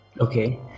Okay